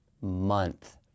month